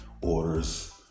Orders